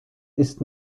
ist